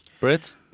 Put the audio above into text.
Brits